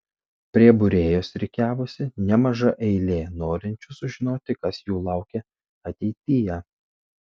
prie būrėjos rikiavosi nemaža eilė norinčių sužinoti kas jų laukia ateityje